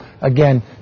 again